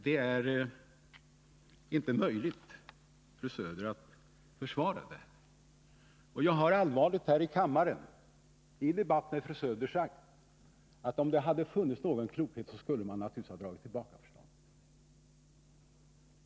Det är inte möjligt, fru Söder, att försvara detta. Och jag har allvarligt här i kammaren i debatt med fru Söder sagt att om det funnits någon klokhet skulle man naturligtvis ha dragit tillbaka förslaget.